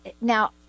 now